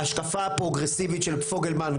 ההשקפה הפרוגרסיבית של פוגלמן,